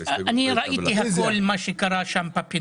לדאוג לעצמי, לעשירים, שהעניים יסתדרו".